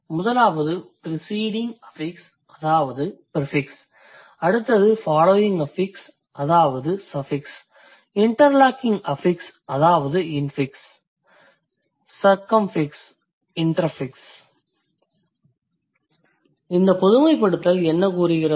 முதலாவது preceding affix அதாவது prefix அடுத்தது ஃபாலோயிங் அஃபிக்ஸ் அதாவது சஃபிக்ஸ் இன்டர்லாக்கிங் அஃபிக்ஸ் அதாவது இன்ஃபிக்ஸ் சர்கம்ஃபிக்ஸ் இண்டெர்ஃபிக்ஸ் இந்த பொதுமைப்படுத்தல் என்ன கூறுகிறது